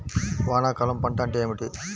వానాకాలం పంట అంటే ఏమిటి?